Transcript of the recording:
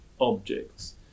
objects